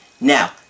Now